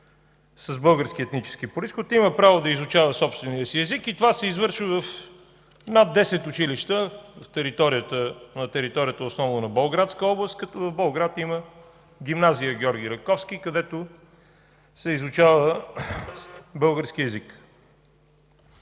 с български етнически произход има право да изучава собствения си език и това се извършва в над 10 училища на територията, основно на Волградска област, като във Волград има гимназия „Георги Раковски”, където се изучава български език.